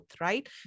right